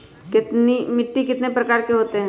मिट्टी कितने प्रकार के होते हैं?